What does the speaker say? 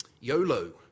YOLO